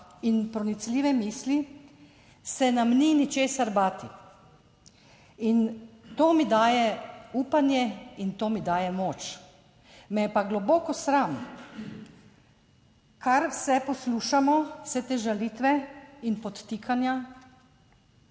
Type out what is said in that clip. in pronicljive misli, se nam ni ničesar bati. In to mi daje upanje in to mi daje moč. Me je pa globoko sram, kar vse poslušamo, vse te žalitve in podtikanja.